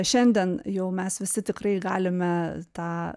šiandien jau mes visi tikrai galime tą